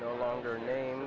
no longer name